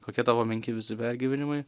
kokie tavo menki visgi pergyvenimai